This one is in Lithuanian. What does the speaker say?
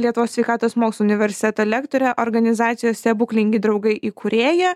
lietuvos sveikatos mokslų universeto lektorė organizacijos stebuklingi draugai įkūrėja